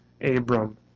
Abram